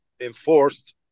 enforced